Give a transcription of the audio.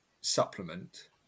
supplement